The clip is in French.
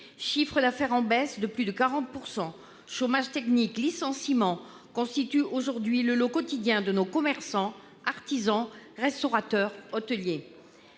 Chiffre d'affaires en baisse de plus de 40 %, chômage technique, licenciements constituent aujourd'hui le lot quotidien de nos commerçants, artisans, restaurateurs et hôteliers.